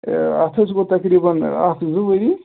اَتھ حظ گوٚو تقریٖباً اَکھ زٕ ؤری